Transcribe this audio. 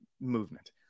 movement